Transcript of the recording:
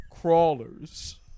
Crawlers